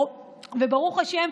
ברוך השם,